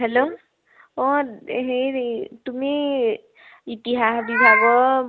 hello অঁ হেৰি তুমি ইতিহাস বিভাগৰ